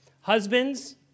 Husbands